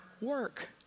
work